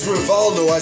Rivaldo